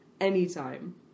anytime